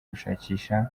gushakisha